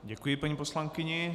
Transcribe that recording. Děkuji paní poslankyni.